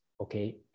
Okay